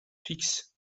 fixes